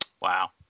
Wow